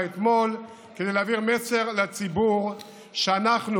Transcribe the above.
אתמול כדי להעביר מסר לציבור שאנחנו,